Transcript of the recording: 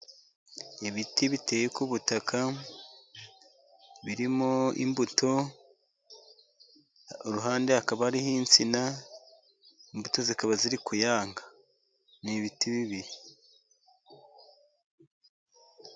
Ibiti biteye ku butaka birimo imbuto ku ruhande hakaba hariho insina imbuto zikaba ziri kuyanga, ni ibiti bibiri.